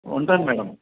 ఉంటాను మేడం